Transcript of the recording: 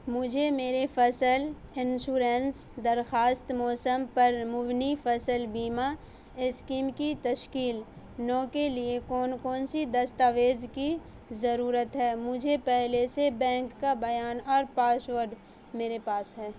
مجھے میرے فصل انشورنس درخواست موسم پر مبنی فصل بیمہ اسکیم کی تشکیل نو کے لیے کون کون سی دستاویز کی ضرورت ہے مجھے پہلے سے بینک کا بیان اور پاسورڈ میرے پاس ہے